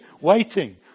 waiting